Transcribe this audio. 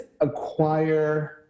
acquire